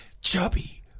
chubby